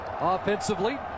Offensively